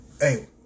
Hey